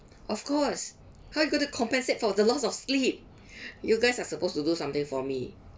of course how are you going to compensate for the loss of sleep you guys are supposed to do something for me